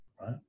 right